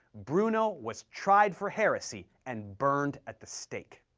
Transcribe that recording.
bruno was tried for heresy and burned at the stake.